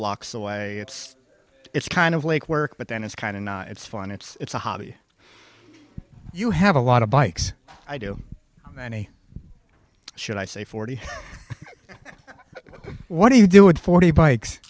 blocks away it's it's kind of like work but then it's kind of it's fun it's a hobby you have a lot of bikes i do any should i say forty what do you do with forty bikes